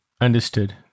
Understood